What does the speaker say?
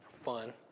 fun